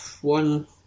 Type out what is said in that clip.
one